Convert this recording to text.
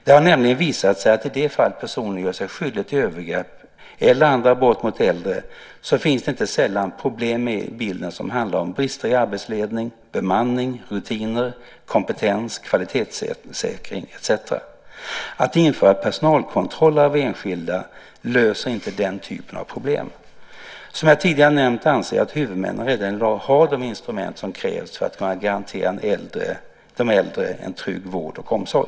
Det har nämligen visat sig att i de fall personer gör sig skyldig till övergrepp eller andra brott mot äldre så finns det inte sällan problem med i bilden som handlar om brister i arbetsledning, bemanning, rutiner, kompetens, kvalitetssäkring etcetera. Att införa personalkontroller av enskilda löser inte den typen av problem. Som jag tidigare nämnt anser jag att huvudmännen redan i dag har de instrument som krävs för att kunna garantera de äldre en trygg vård och omsorg.